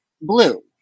Blue